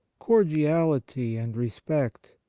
cordiality and respect,